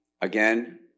Again